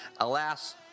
Alas